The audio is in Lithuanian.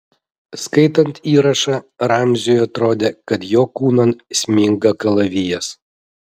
skaitant įrašą ramziui atrodė kad jo kūnan sminga kalavijas